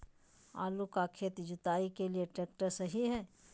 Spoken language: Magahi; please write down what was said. आलू का खेत जुताई के लिए ट्रैक्टर सही है?